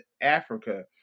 Africa